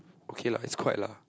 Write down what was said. okay lah it's quite lah